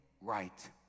right